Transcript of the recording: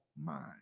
mind